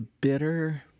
bitter